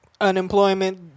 unemployment